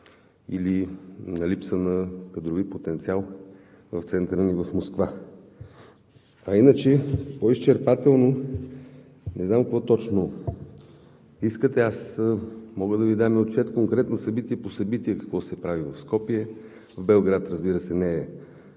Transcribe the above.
или липса на кадрови потенциал в Центъра ни в Москва. А иначе по-изчерпателно, не знам какво точно искате. Мога да Ви дам и отчет конкретно събитие по събитие какво се прави в Скопие. В Белград, разбира се, Вие